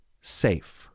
SAFE